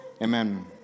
Amen